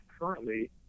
currently